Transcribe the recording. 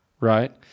right